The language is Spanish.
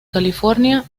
california